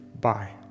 Bye